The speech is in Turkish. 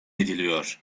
ediliyor